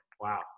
wow